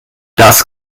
das